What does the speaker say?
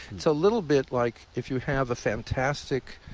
it's a little bit like if you have a fantastic